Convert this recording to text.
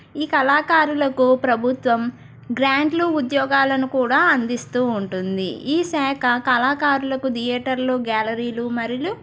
ఈ కళాకారులకు ప్రబుత్వం గ్రాంట్లు ఉద్యోగాలను కూడా అందిస్తూ ఉంటుంది ఈ శాఖ కళాకారులకు థియేటర్లు గ్యాలరీలు మరియు